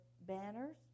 banners